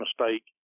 mistake